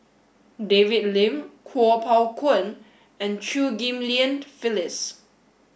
David Lim Kuo Pao Kun and Chew Ghim Lian Phyllis